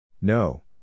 No